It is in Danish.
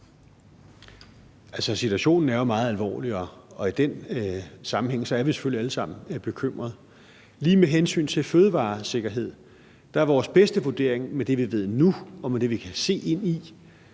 situationen er jo meget alvorlig, og i den sammenhæng er vi selvfølgelig alle sammen bekymrede. Lige med hensyn til fødevaresikkerhed er vores bedste vurdering med det, vi ved nu, og med det, vi kan se ind i,